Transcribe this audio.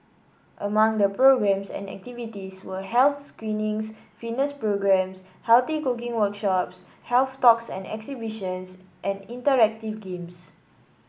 among the programmes and activities were health screenings fitness programmes healthy cooking workshops health talks and exhibitions and interactive games